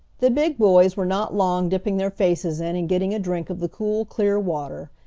the big boys were not long dipping their faces in and getting a drink of the cool, clear water,